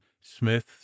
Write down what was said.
Smith